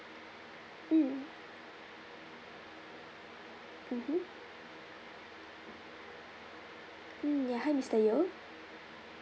mm mmhmm mm ya hi mister yeo